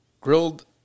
grilled